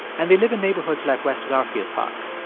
and they live in neighborhoods like west garfield park.